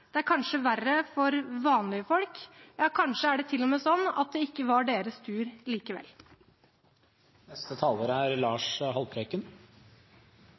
Det er kanskje verre for vanlige folk. Ja, kanskje er det til og med sånn at det ikke var deres tur likevel. Det er